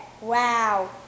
wow